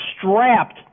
strapped